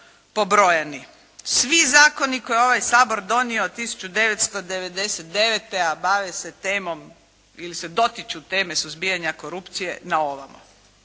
svi zakoni koje je ovaj Sabor donio 1999. a bave se temom, ili se dotiču teme suzbijanja korupcije na ovamo.